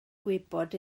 gwybod